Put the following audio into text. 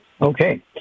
Okay